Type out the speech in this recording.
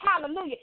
Hallelujah